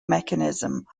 mechanism